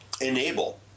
enable